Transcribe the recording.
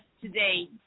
today